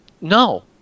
No